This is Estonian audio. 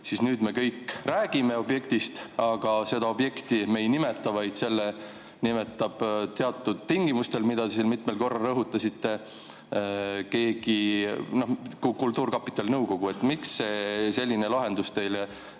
siis nüüd me kõik räägime objektist, aga seda objekti me ei nimeta, vaid selle nimetab teatud tingimustel, mida te siin mitmel korral rõhutasite, kultuurkapitali nõukogu. Miks selline lahendus teile